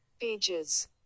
Pages